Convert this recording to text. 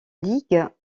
ligue